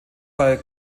bei